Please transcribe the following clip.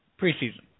Preseason